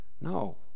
No